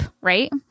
right